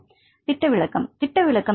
மாணவர் திட்ட விலக்கம் திட்ட விலக்கம்